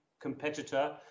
competitor